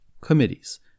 Committees